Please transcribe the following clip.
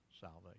salvation